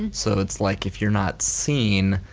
and so it's like if you're not seen,